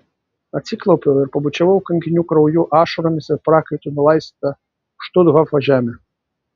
atsiklaupiau ir pabučiavau kankinių krauju ašaromis ir prakaitu nulaistytą štuthofo žemę